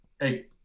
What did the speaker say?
hey